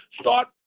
Start